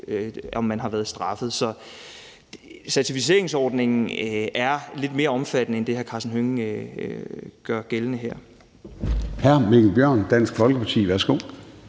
om man har været straffet. Så certificeringsordningen er lidt mere omfattende end det, hr. Karsten Hønge gør gældende her.